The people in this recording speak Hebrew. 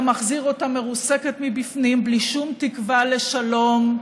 אתה מחזיר אותה מרוסקת מבפנים בלי שום תקווה לשלום.